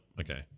Okay